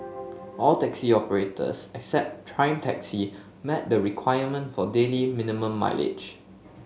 all taxi operators except Prime Taxi met the requirement for daily minimum mileage